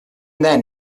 then